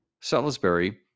Salisbury